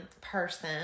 person